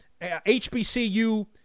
HBCU